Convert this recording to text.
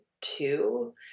two